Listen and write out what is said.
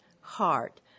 heart